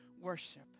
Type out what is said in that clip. worship